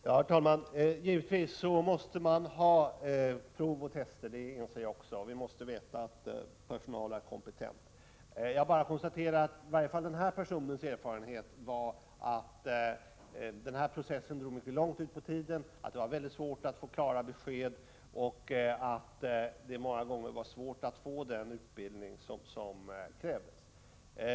Herr talman! Jag inser att vi givetvis måste ha prov och tester. Vi måste veta att personalen är kompetent. Jag bara konstaterar att i varje fall den aktuella personens erfarenhet var att processen drog ut mycket långt på tiden, och det var mycket svårt att få klara besked och många gånger var det svårt att få den utbildning som krävdes.